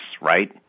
right